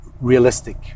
realistic